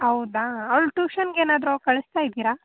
ಹೌದಾ ಅವ್ಳು ಟೂಷನ್ಗೆ ಏನಾದರೂ ಕಳಿಸ್ತಾ ಇದ್ದೀರಾ